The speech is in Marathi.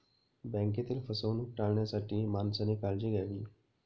बँकेतील फसवणूक टाळण्यासाठी माणसाने काळजी घ्यावी